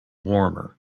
warmer